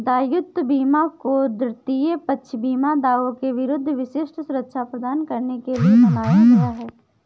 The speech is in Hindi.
दायित्व बीमा को तृतीय पक्ष बीमा दावों के विरुद्ध विशिष्ट सुरक्षा प्रदान करने के लिए बनाया गया है